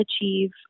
achieve